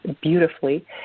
beautifully